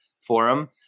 Forum